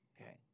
Okay